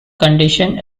condition